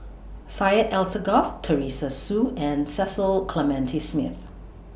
Syed Alsagoff Teresa Hsu and Cecil Clementi Smith